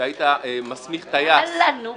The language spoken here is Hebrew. שהיית מסמיך טייס -- יאללה, נו.